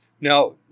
Now